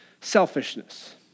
selfishness